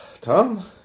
Tom